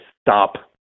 stop